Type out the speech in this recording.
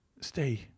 Stay